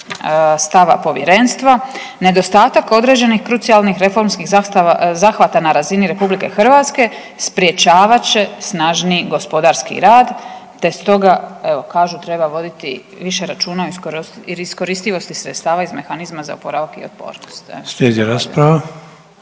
stava povjerenstva, nedostatak određenih krucijalnih reformskih zahvata na razini RH sprječavat će snažniji gospodarski rad te stoga evo kažu treba voditi više računa iz iskoristivosti sredstava iz mehanizma za oporavak i otpornost. Zahvaljujem.